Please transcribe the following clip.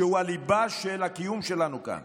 שהוא הליבה של הקיום שלנו כאן.